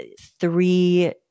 three